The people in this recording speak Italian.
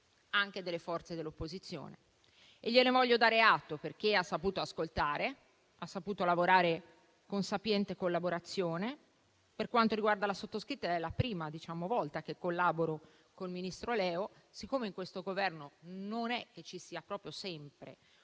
le forze dell'opposizione e gliene voglio dare atto, perché ha saputo ascoltare e lavorare con sapiente collaborazione. Per quanto riguarda la sottoscritta è la prima volta che collaboro con il vice ministro Leo. Siccome in questo Governo non è presente sempre una capacità